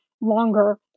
longer